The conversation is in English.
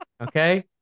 Okay